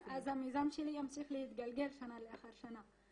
אז המיזם שלי ימשיך להתגלגל שנה לאחר שנה.